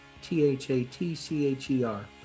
T-H-A-T-C-H-E-R